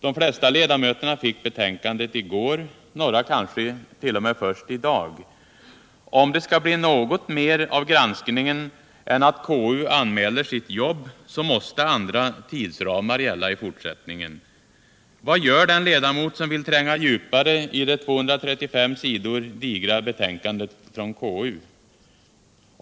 De flesta ledamöterna fick betänkandet i går — några fick det kansket.o.m. först i dag. Om det skall bli något mer av granskningen än att konstitutionsutskottet anmäler sitt jobb, så måste andra tidsramar gälla i fortsättningen. Vad gör den ledamot som vill tränga djupare i det 235 sidor digra betänkandet från konstitutionsutskottet?